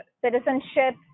citizenship